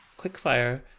Quickfire